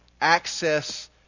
access